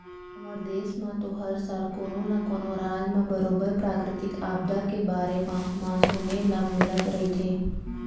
हमर देस म तो हर साल कोनो न कोनो राज म बरोबर प्राकृतिक आपदा के बारे म म सुने ल मिलत रहिथे